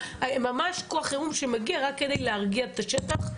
הם ממש כוח חירום שמגיע רק כדי להרגיע את השטח,